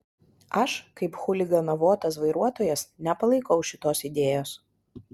aš kaip chuliganavotas vairuotojas nepalaikau šitos idėjos